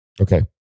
Okay